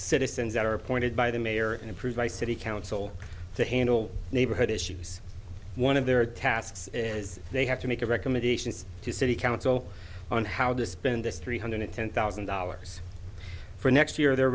citizens that are appointed by the mayor and approved by city council to handle neighborhood issues one of their tasks is they have to make a recommendation to city council on how to spend this three hundred ten thousand dollars for next year they're